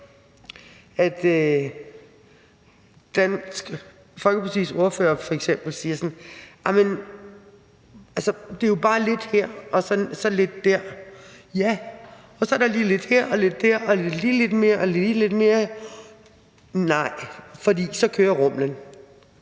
Folkepartis ordfører f.eks. siger: Det er jo bare lidt her og så lidt der. Ja, så er der lige lidt her og lidt der og lige lidt mere. Nej, siger jeg, for så kører rumlen.